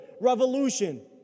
revolution